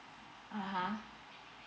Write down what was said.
(uh huh)